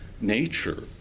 nature